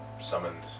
summoned